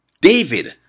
David